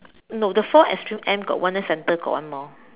no the four extreme end got one then the center got one more